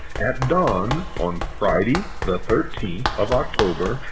at dawn on friday, the thirteenth of october,